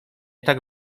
tak